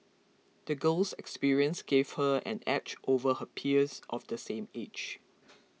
the girl's experiences gave her an edge over her peers of the same age